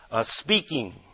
speaking